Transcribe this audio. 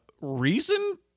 reason